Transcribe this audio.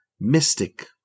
mystic